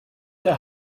der